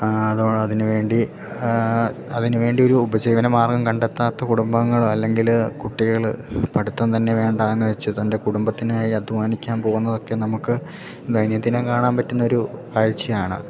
അതോ അതിന് വേണ്ടി അതിന് വേണ്ടി ഒരു ഉപജീവന മാർഗ്ഗം കണ്ടെത്താത്ത കുടുംബങ്ങള് അല്ലെങ്കിൽ കുട്ടികള് പഠിത്തം തന്നെ വേണ്ടാന്ന് വെച്ച് തൻ്റെ കുടുംബത്തിനായി അധ്വാനിക്കാൻ പോകുന്നതൊക്കെ നമുക്ക് ദൈനംദിനം കാണാൻ പറ്റുന്നൊരു കാഴ്ചയാണ്